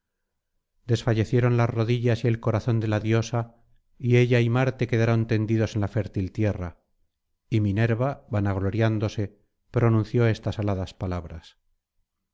desfallecieron las rodillas y el corazón de la diosa y ella y marte quedaron tendidos en la fértil tierra y minerva vanagloriándose pronunció estas aladas palabras